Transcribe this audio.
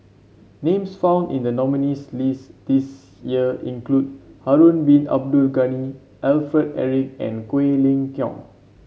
names found in the nominees' list this year include Harun Bin Abdul Ghani Alfred Eric and Quek Ling Kiong